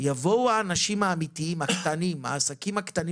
יבוא האנשים האמיתיים שמנהלים עסקים קטנים